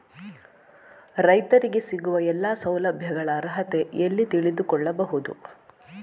ರೈತರಿಗೆ ಸಿಗುವ ಎಲ್ಲಾ ಸೌಲಭ್ಯಗಳ ಅರ್ಹತೆ ಎಲ್ಲಿ ತಿಳಿದುಕೊಳ್ಳಬಹುದು?